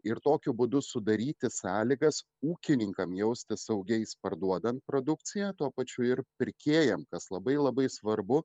ir tokiu būdu sudaryti sąlygas ūkininkam jaustis saugiais parduodant produkciją tuo pačiu ir pirkėjam kas labai labai svarbu